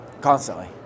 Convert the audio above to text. Constantly